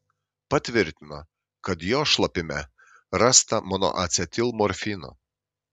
patvirtino kad jo šlapime rasta monoacetilmorfino